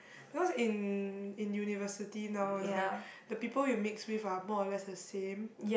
because in in University now is like the people you mix with are more or less the same